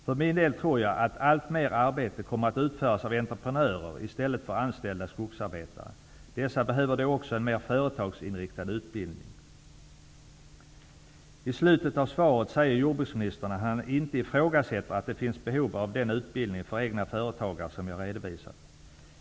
För min del tror jag att alltmer arbete kommer att utföras av entreprenörer i stället för av anställda skogsarbetare. Dessa behöver då också en mer företagsinriktad utbildning. I slutet av svaret säger jordbruksministern att han inte ifrågasätter att det kan finnas behov av den utbildning för egna företagare som jag redovisat.